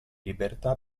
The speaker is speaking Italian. libertà